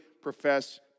profess